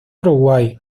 uruguay